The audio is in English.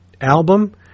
album